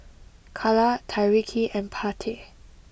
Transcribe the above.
Calla Tyreke and Pate